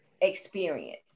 experience